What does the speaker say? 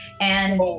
And-